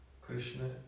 Krishna